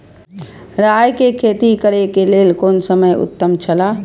राय के खेती करे के लेल कोन समय उत्तम हुए छला?